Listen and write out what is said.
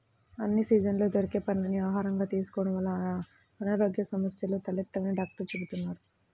అన్ని సీజన్లలో దొరికే పండ్లని ఆహారంగా తీసుకోడం వల్ల అనారోగ్య సమస్యలు తలెత్తవని డాక్టర్లు చెబుతున్నారు